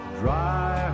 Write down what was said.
dry